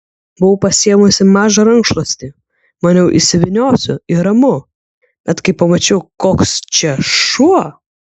buvau pasiėmusi mažą rankšluostį maniau įsivyniosiu ir ramu bet kai pamačiau koks čia šuo